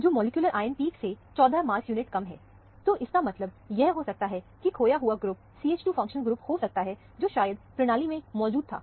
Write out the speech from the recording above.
जो molecular ion peak से 14 mass unit कम है तो इसका मतलब यह हो सकता है की खोया हुआ ग्रुप CH2 फंक्शनल ग्रुप हो सकता है जो शायद प्रणाली में मौजूद था